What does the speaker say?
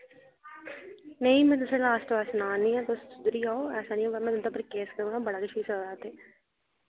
नेईं मैं तुसें लास्ट बार सना नी आं तुस सुधरी जाओ ऐसा नि होवै मैं तुंदे उप्पर केस करुड़ां बड़ा किश होई सकदा इत्थे